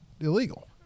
illegal